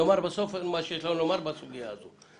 נאמר בסוף את מה שיש לנו לומר בסוגיה הזו.